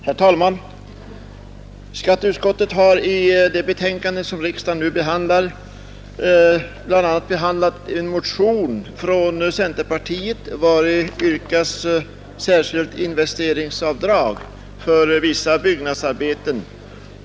Herr talman! Skatteutskottet har i det betänkande som riksdagen nu diskuterar bl.a. behandlat en motion från centerpartiet, vari yrkas på ett särskilt investeringsavdrag för vissa byggnadsarbeten.